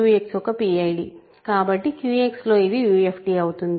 కాబట్టి QX లో ఇది UFD అవుతుంది